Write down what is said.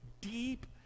deep